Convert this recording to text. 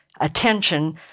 attention